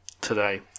today